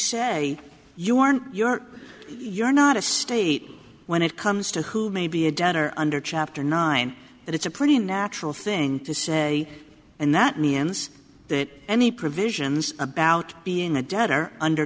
say you aren't you are you're not a state when it comes to who may be a debtor under chapter nine and it's a pretty unnatural thing to say and that means that any provisions about being a debt are under